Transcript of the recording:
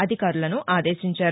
అధికారులను ఆదేశించారు